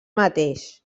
mateix